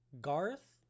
Garth